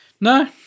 No